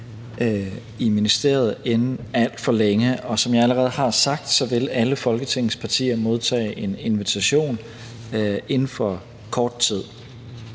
i ministeriet inden alt for længe. Og som jeg allerede har sagt, vil alle Folketingets partier modtage en invitation inden for kort tid.